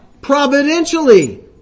Providentially